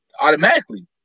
automatically